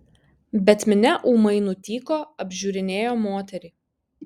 bet minia ūmai nutyko apžiūrinėjo moterį